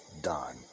done